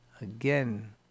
again